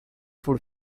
food